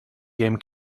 game